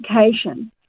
education